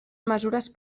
mesures